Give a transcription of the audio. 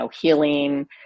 healing